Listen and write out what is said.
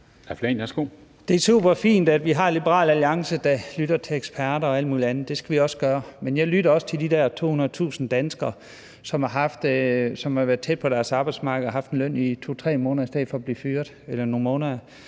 Det er super fint, at vi har Liberal Alliance, der lytter til eksperter og alt muligt andet. Det skal vi også gøre. Men jeg lytter også til de der 200.000 danskere, som har været tæt på deres arbejdsplads, og som har haft deres løn i 2-3 måneder i stedet for at blive fyret.